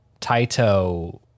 Taito